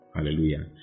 Hallelujah